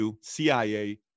CIA